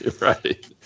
Right